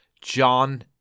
John